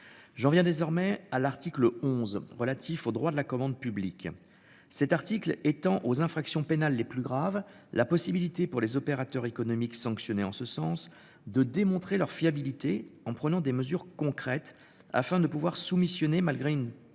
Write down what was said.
J'viens désormais à l'article 11 relatifs aux droits de la commande publique. Cet article étant aux infractions pénales les plus graves, la possibilité pour les opérateurs économiques sanctionné en ce sens de démontrer leur fiabilité en prenant des mesures concrètes afin de pouvoir soumissionner malgré une